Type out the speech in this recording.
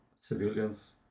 civilians